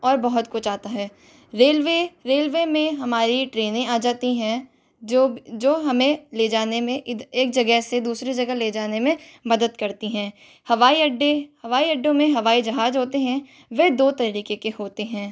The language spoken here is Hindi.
और बहुत कुछ आता है रेलवे रेलवे में हमारी ट्रेनें आ जाती हैं जो जो हमें ले जाने में एक जगह से दूसरी जगह ले जाने में मदद करती हैं हवाई अड्डे हवाई अड्डों में हवाई जहाज होते हैं वे दो तरीके के होते हैं